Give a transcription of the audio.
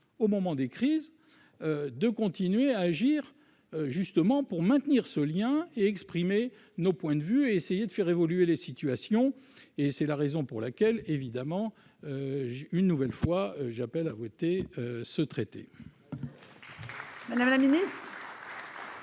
au moment des crises de continuer à agir justement pour maintenir ce lien et exprimer nos points de vue et essayer de faire évoluer les situations et c'est la raison pour laquelle évidemment une nouvelle fois, j'appelle à voter ce traité. Merci madame